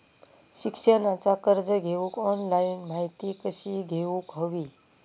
शिक्षणाचा कर्ज घेऊक ऑनलाइन माहिती कशी घेऊक हवी?